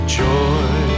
joy